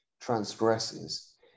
transgresses